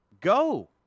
go